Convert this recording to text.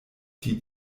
die